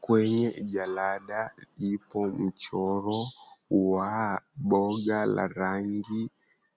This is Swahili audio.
Kwenye jalada ipo mchoro wa boga la rangi